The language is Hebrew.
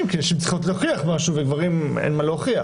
כי נשים צריכות להוכיח משהו ולגברים אין מה להוכיח